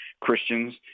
Christians